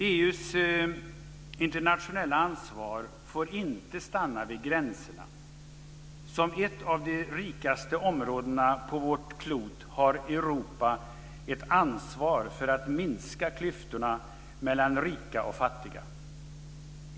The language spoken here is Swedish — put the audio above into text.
EU:s internationella ansvar får inte stanna vid gränserna. Som ett av de rikaste områdena på vårt klot har Europa ett ansvar för att minska klyftorna mellan rika och fattiga.